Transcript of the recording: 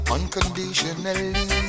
Unconditionally